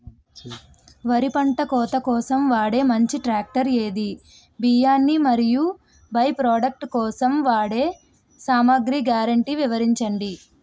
వరి పంట కోత కోసం వాడే మంచి ట్రాక్టర్ ఏది? బియ్యాన్ని మరియు బై ప్రొడక్ట్ కోసం వాడే సామాగ్రి గ్యారంటీ వివరించండి?